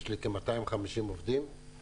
יש לי כ-250 עובדים,